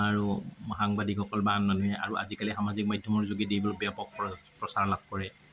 আৰু সংবাদিকসকল বা আন মানুহে আৰু আজিকালি সামাজিক মাধ্যমৰ যোগেদি এইবোৰ ব্যাপক প্ৰ প্ৰচাৰ লাভ কৰে